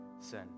sin